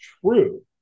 true